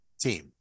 team